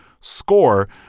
score